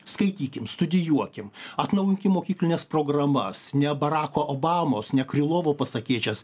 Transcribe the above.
skaitykim studijuokim atnaujinkim mokyklines programas ne barako obamos ne krylovo pasakėčias